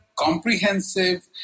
comprehensive